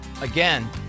Again